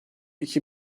iki